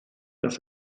das